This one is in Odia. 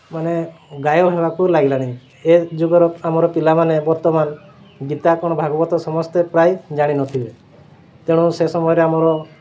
ମାନେ ଗାୟବ୍ ହେବାକୁ ଲାଗିଲାଣି ଏ ଯୁଗର ଆମର ପିଲାମାନେ ବର୍ତ୍ତମାନ ଗୀତା କ'ଣ ଭାଗବତ ସମସ୍ତେ ପ୍ରାୟ ଜାଣିନଥିବେ ତେଣୁ ସେ ସମୟରେ ଆମର